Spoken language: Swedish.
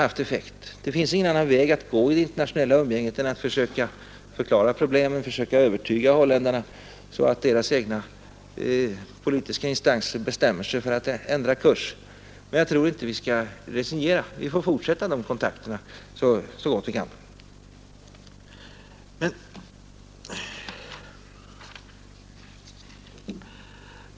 Det finns emellertid ingen annan väg att gå i det internationella umgänget än att försöka förklara problemen, att försöka övertyga holländarna, så att deras egna politiska instanser bestämmer sig för att ändra kurs. Jag tycker inte att vi skall resignera. Vi får fortsätta dessa övertalningar så gott vi kan.